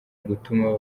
gutuma